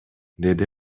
деди